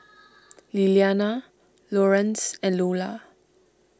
Lilliana Lorenz and Lola